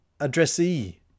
addressee